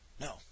No